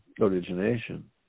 origination